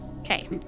Okay